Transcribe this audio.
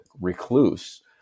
recluse